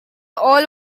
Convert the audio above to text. all